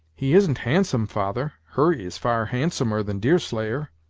he isn't handsome, father. hurry is far handsomer than deerslayer.